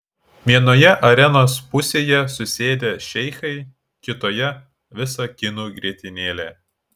vienoje arenos pusėje susėdę šeichai kitoje visa kinų grietinėlė